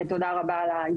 ותודה רבה על ההזדמנות.